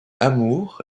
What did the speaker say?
amour